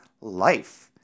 life